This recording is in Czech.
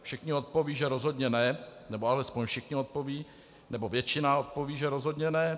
Všichni odpoví, že rozhodně ne nebo alespoň všichni odpoví nebo většina odpoví, že rozhodně ne.